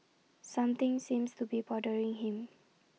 something seems to be bothering him